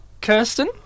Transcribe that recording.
Kirsten